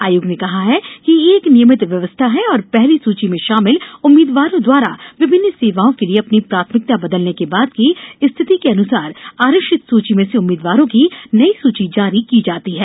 आयोग ने कहा है कि यह एक नियमित व्यवस्था है और पहली सूची में शामिल उम्मीदवारों द्वारा विभिन्नि सेवाओं के लिए अपनी प्राथमिकता बदलने के बाद की स्थिति के अनुसार आरक्षित सूची में से उम्मीमदवारों की नई सूची जारी की जाती है